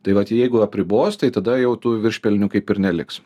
tai vat jeigu apribos tai tada jau tų viršpelnių kaip ir neliks